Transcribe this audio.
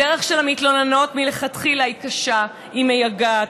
הדרך של המתלוננות מלכתחילה היא קשה, היא מייגעת.